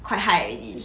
quite high already